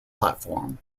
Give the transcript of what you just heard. platform